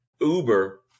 Uber